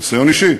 מניסיון אישי,